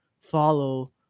follow